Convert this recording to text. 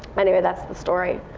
and you know that's the story.